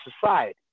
society